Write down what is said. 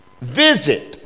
Visit